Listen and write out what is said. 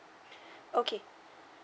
okay